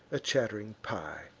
a chatt'ring pie.